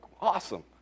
Awesome